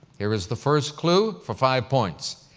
here is the first clue for five points.